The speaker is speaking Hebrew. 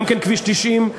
גם כן כביש 90,